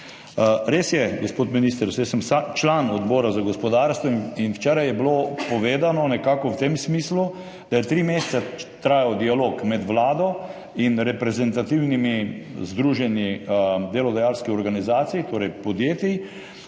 Res je, gospod minister, saj sem član Odbora za gospodarstvo. Včeraj je bilo povedano nekako v tem smislu, da je 3 mesece trajal dialog med Vlado in reprezentativnimi združenji delodajalskih organizacij, torej podjetji.